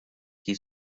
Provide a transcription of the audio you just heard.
qui